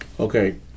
Okay